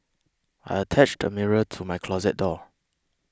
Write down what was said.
I attached a mirror to my closet door